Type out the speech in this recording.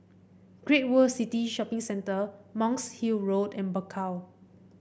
Great World City Shopping Centre Monk's Hill Road and Bakau